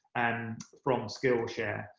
and from skill share.